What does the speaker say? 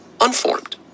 unformed